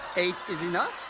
eight is enough?